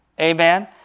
amen